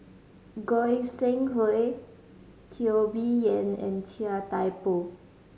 Goi Seng Hui Teo Bee Yen and Chia Thye Poh